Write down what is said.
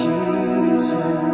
Jesus